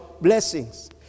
blessings